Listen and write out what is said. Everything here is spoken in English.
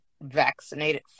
vaccinated